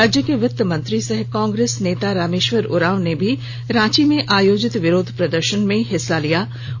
राज्य के वित्त मंत्री सह कांग्रेस नेता रामेश्वर उरांव भी रांची में आयोजित विरोध प्रदर्शन में शामिल हुए